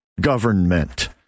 government